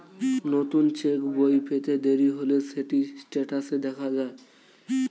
নতুন চেক্ বই পেতে দেরি হলে সেটি স্টেটাসে দেখা যায়